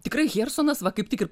tikrai hjersonas va kaip tik ir